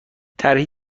طرحی